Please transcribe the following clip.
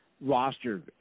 roster